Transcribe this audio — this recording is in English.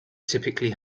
typically